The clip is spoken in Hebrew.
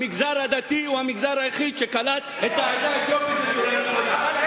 המגזר הדתי הוא המגזר היחיד שקלט את העדה האתיופית בצורה נכונה.